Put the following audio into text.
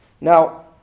Now